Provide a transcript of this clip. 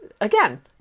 again